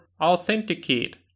authenticate